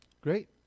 Great